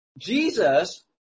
Jesus